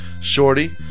Shorty